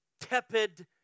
tepid